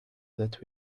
that